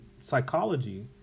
psychology